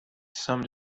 some